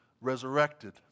resurrected